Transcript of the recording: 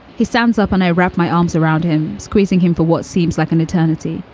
he stands up and i wrap my arms around him, squeezing him for what seems like an eternity,